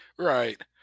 Right